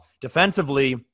Defensively